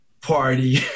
party